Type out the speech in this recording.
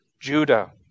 Judah